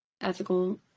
ethical